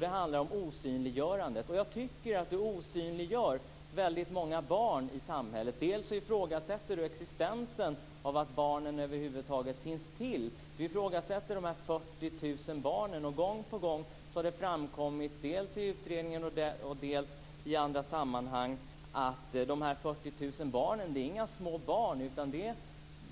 Det handlar om osynliggörandet. Jag tycker att Tuve Skånberg osynliggör väldigt många barn i samhället. Han ifrågasätter deras existens och att de över huvud taget finns till. Han ifrågasätter dessa 40 000 barn. Gång på gång har det framkommit - dels i utredningen, dels i andra sammanhang - att dessa 40 000 inte är några små barn.